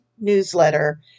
newsletter